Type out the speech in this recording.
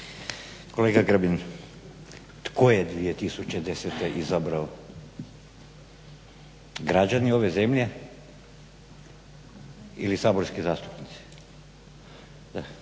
Kolega Grbin, tko je 2010.izabrao? građani ove zemlje ili saborski zastupnici?